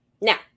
Now